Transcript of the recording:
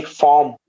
form